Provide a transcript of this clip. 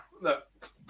look